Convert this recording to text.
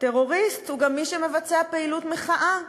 טרוריסט הוא גם מי שמבצע פעילות מחאה,